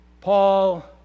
Paul